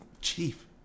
chief